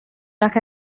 وقت